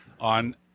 on